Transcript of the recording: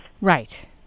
Right